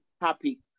happy